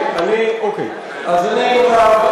שנייה,